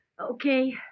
Okay